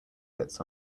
sits